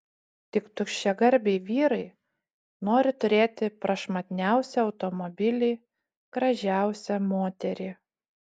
tik tuščiagarbiai vyrai nori turėti prašmatniausią automobilį gražiausią moterį